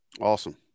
Awesome